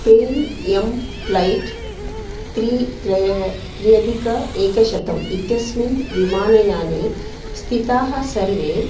pen Am flight त्रि त्रयो अधिक एकशतम् इत्यस्मिन् विमानयाने स्थिताः सर्वे